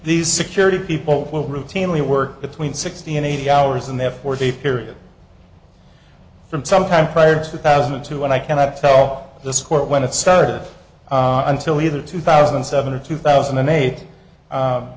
these security people will routinely work between sixty and eighty hours in their four day period from some time prior to two thousand and two and i cannot tell this court when it started until either two thousand and seven or two thousand and eight